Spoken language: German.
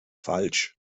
falsch